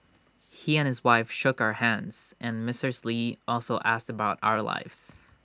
he and his wife shook our hands and Mrs lee also asked us about our lives